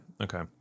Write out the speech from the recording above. okay